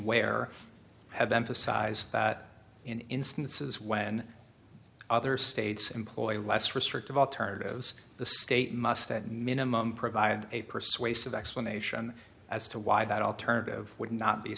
where i have emphasized that in instances when other states employ less restrictive alternatives the state must at minimum provide a persuasive explanation as to why that alternative would not be